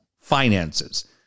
finances